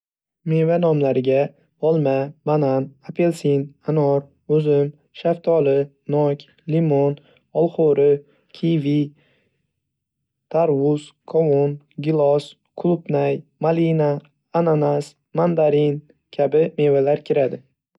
Meva nomlariga: olma, banan, apelsin, anor, uzum, shaftoli, nok, limon, olxo'ri, kivi, tarvuz, qovun, gilos, qulupnay, malina, ananas, mandarin kabi mevalar kiradi.